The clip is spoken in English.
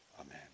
amen